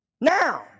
Now